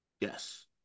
Yes